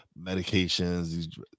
medications